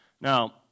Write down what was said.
Now